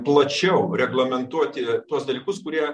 plačiau reglamentuoti tuos dalykus kurie